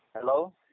Hello